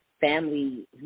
family